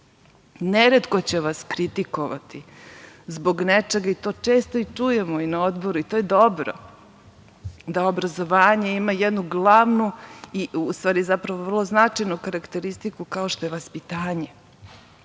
Neretko će vas kritikovati zbog nečega i to često i čujemo i na Odboru i to je dobro, da obrazovanje ima jednu glavnu, vrlo značajnu karakteristiku kao što je vaspitanje